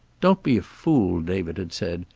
don't be a fool, david had said.